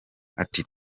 ati